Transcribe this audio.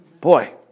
Boy